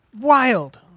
wild